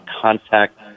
contact